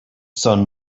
sun